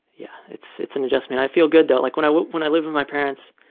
yeah it's it's an adjustment. i feel good, though. like when i when i lived with my parents,